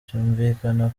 byumvikana